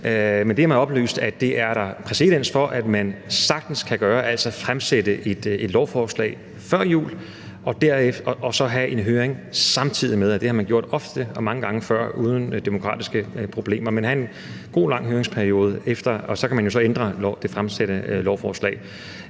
eller andet, at det er der præcedens for at man sagtens kan gøre, altså fremsætte et lovforslag før jul og så have en høring samtidig med. Det har man gjort ofte og mange gange før uden demokratiske problemer, altså have en god, lang høringsperiode bagefter, og så kan man jo så ændre det fremsatte lovforslag.